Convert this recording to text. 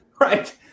Right